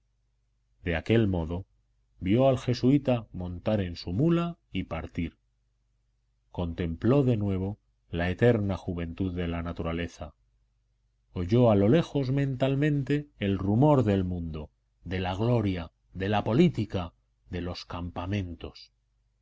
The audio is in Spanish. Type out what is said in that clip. de aquel modo vio al jesuita montar en su mula y partir contempló de nuevo la eterna juventud de la naturaleza oyó a lo lejos mentalmente el rumor del mundo de la gloria de la política de los campamentos